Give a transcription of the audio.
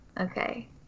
Okay